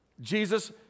Jesus